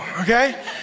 okay